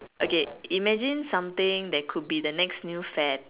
okay imagine something that could be the next new fad